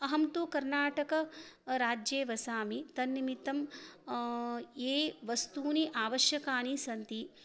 अहं तु कर्नाटके राज्ये वसामि तन्निमित्तं यानि वस्तूनि आवश्यकानि सन्ति